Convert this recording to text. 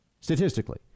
statistically